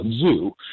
zoo